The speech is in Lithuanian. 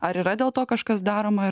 ar yra dėl to kažkas daroma ar